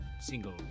single